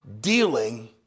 dealing